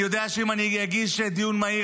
אני יודע שאם אגיש דיון מהיר,